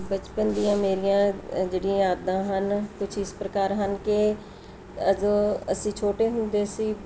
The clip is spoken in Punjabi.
ਬਚਪਨ ਦੀਆਂ ਮੇਰੀਆਂ ਜਿਹੜੀਆਂ ਆਦਤਾਂ ਹਨ ਕੁਛ ਇਸ ਪ੍ਰਕਾਰ ਹਨ ਕਿ ਅ ਜੋ ਅਸੀਂ ਛੋਟੇ ਹੁੰਦੇ ਸੀ